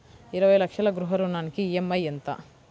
ఇరవై లక్షల గృహ రుణానికి ఈ.ఎం.ఐ ఎంత?